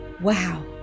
wow